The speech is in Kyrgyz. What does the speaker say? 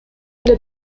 эле